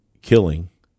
killing